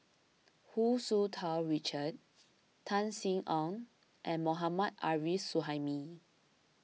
Hu Tsu Tau Richard Tan Sin Aun and Mohammad Arif Suhaimi